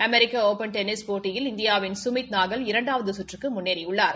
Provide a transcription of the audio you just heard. அமெரிக்க open tennis போட்டியில் இந்தியாவின் சுமித்நாகல் இரண்டாவது சுற்றுக்கு முன்னேறியுள்ளார்